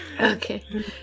Okay